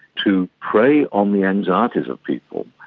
to prey on the anxieties of people.